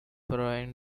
rowing